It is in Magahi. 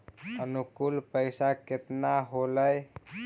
अनुकुल पैसा केतना होलय